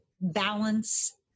balance